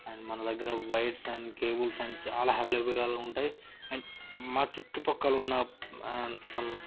and మన దగ్గర wires and cables and చాలా అవైలబుల్గా ఉంటాయి అండ్ మా చుట్టూ ప్రక్కల ఉన్న సమ్